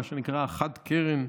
מה שנקרא חד-קרן,